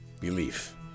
Belief